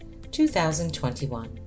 2021